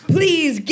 Please